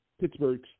Pittsburgh